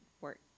work